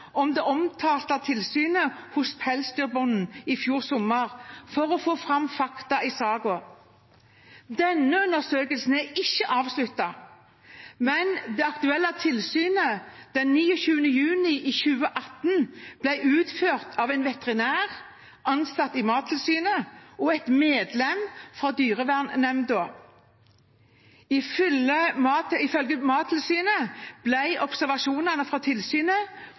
om det omtalte tilsynet hos pelsdyrbonden i fjor sommer, for å få fram fakta i saken. Denne undersøkelsen er ikke avsluttet, men det aktuelle tilsynet den 29. juni 2018 ble utført av en veterinær ansatt i Mattilsynet og et medlem av dyrevernnemnda. Ifølge Mattilsynet ble observasjonene fra tilsynet